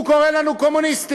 הוא קורא לנו קומוניסטים.